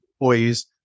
employees